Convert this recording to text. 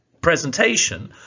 presentation